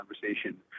conversation